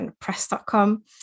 press.com